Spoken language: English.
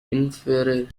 infrared